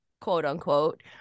quote-unquote